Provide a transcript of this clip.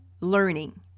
learning